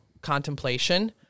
contemplation